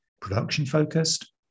production-focused